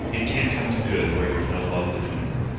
it can't come to good where there's no love between em.